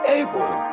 able